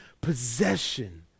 possession